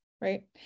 right